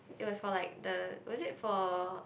it was for like the was it for